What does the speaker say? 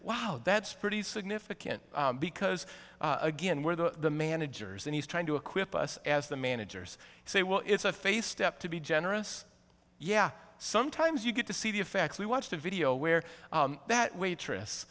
wow that's pretty significant because again where the managers and he's trying to equip us as the managers say well it's a phase step to be generous yeah sometimes you get to see the effects we watched the video where that waitress